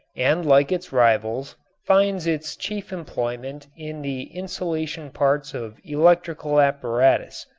and like its rivals finds its chief employment in the insulation parts of electrical apparatus.